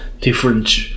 different